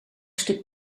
stuk